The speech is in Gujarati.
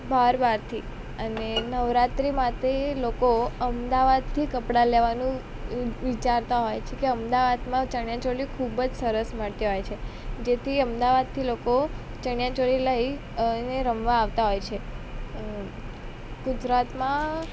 બહાર બહારથી અને નવરાત્રી માતે લોકો અમદાવાદથી કપડા લેવાનું વિચારતા હોય છે કે અમદાવાદમાં ચણિયાચોળી ખૂબ જ સરસ મળતી ઓય છે જેથી અમદાવાદથી લોકો ચણિયાચોળી લઈ અને રમવા આવતા હોય છે ગુજરાતમાં